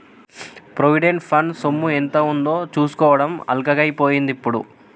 provident fund సొమ్ము ఎంత ఉందో చూసుకోవడం అల్కగై పోయిందిప్పుడు